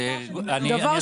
אני אסביר.